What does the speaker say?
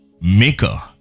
maker